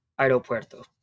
aeropuerto